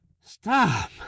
Stop